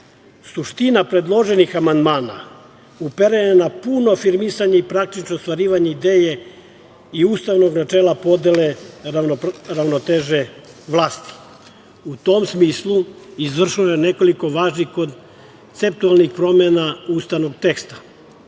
Suština predloženih amandmana uperena je na puno afirmisanje i praktično ostvarivanje ideje i ustavnog načela podele ravnoteže vlasti.U tom smislu, izvršeno je nekoliko važnih promena ustavnog teksta.